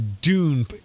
Dune